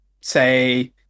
Say